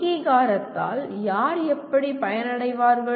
அங்கீகாரத்தால் யார் எப்படி பயனடைவார்கள்